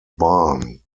barn